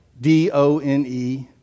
D-O-N-E